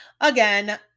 again